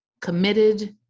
committed